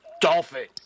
Dolphin